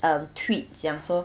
um tweet 讲说